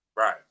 Right